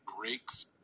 breaks